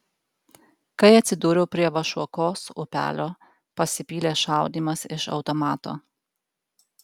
kai atsidūriau prie vašuokos upelio pasipylė šaudymas iš automato